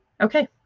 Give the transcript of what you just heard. Okay